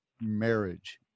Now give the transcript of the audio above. marriage